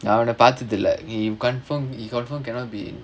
நா அவன பாத்ததில்ல:naa avana paathathilla he confirm he confirm cannot be